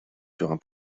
sur